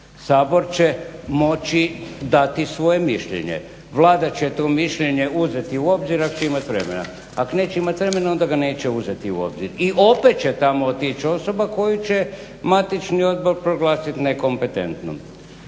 Sabor će moći dati svoje mišljenje, Vlada će to mišljenje uzeti u obzir ako će imat vremena. Ako neće imat vremena onda ga neće uzeti u obzir i opet će tamo otići osoba koju će matični odbor proglasit nekompetentnom.